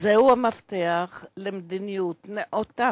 המפתח למדיניות נאותה.